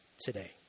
Today